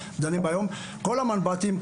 כל המנב"טים,